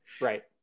Right